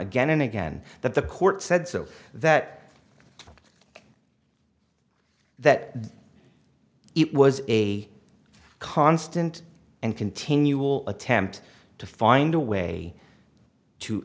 again and again that the court said so that that it was a constant and continual attempt to find a way to